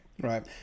Right